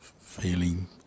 feeling